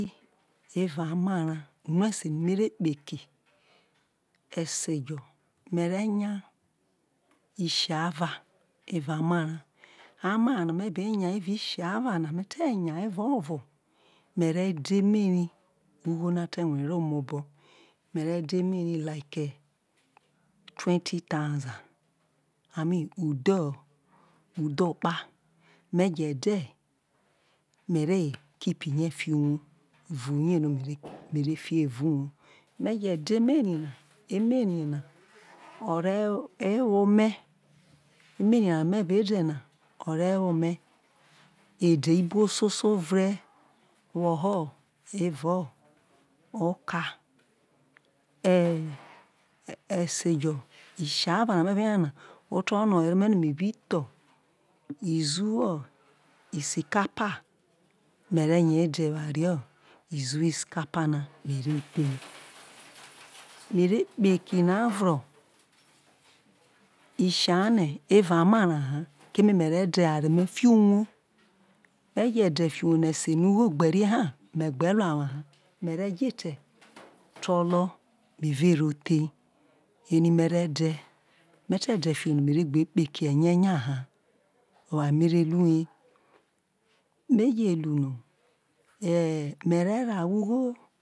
Evao amara une se no mere kpe eki, esejo mere nga isem evao amara, amera no me be nya evad licevo ma, mere de experi like e̱ #20. 000 amin udho kpa ma je̱ de mere keep ye fió uwo vuye no me re fie evao uwo, me je de emeri na emeri na ore wo me emeri na me be de ke ore wo me ede ibro so so ore woho evao oka e esyo isiara me be nya na oterone owere ome no me bi tho iziwo isikape me re nya ede eware iziwo isikapa na mo the mere eki na oro isiane evao amara ha kanae na mere di eware fio uwomeje de fio uwo no ese no ugho gbe rie ha̱ me gbe mo awa ha mere jo ete to lo me re ro the eri me re de me te de fio uwo no me gbe kpe eki eye ya ha oware no mere lu ye me je lu no e mere raha agho.